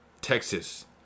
Texas